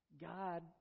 God